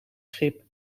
schip